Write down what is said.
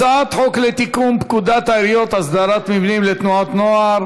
הצעת חוק לתיקון פקודת העיריות (הסדרת מבנים לתנועות נוער),